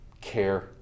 care